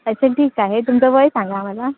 अच्छा ठीक आहे तुमचं वय सांगा आम्हाला